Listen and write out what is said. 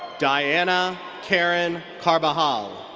diana karen carbajal.